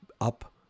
up